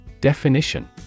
Definition